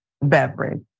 beverage